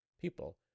people